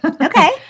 Okay